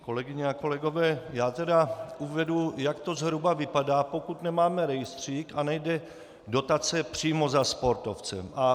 Kolegyně a kolegové, uvedu, jak to zhruba vypadá, pokud nemáme rejstřík a nejde dotace přímo za sportovcem.